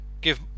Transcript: give